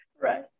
Right